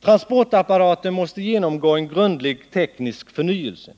Transportapparaten måste genomgå en grundlig teknisk förnyelse.